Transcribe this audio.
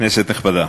כנסת נכבדה,